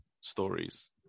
stories